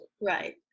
right